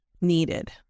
needed